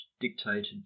dictated